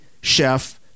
chef